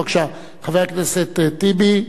בבקשה, חבר הכנסת טיבי,